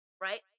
Right